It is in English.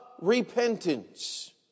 repentance